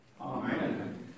Amen